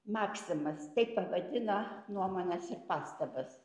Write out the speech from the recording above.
maksimas taip pavadina nuomones ir pastabas